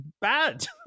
bad